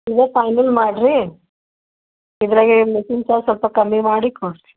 ಇದೇ ಫೈನಲ್ ಮಾಡಿರಿ ಇದರಾಗೆ ಮೇಕಿಂಗ್ ಚಾರ್ಜ್ ಸ್ವಲ್ಪ ಕಮ್ಮಿ ಮಾಡಿಕೊಡಿರಿ